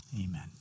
amen